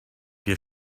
wir